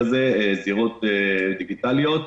זירות דיגיטליות.